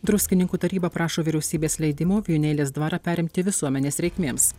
druskininkų taryba prašo vyriausybės leidimo vijūnėlės dvarą perimti visuomenės reikmėms